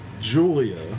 Julia